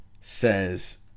says